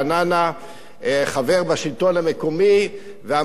חבר בשלטון המקומי, אמרו לי: בילסקי,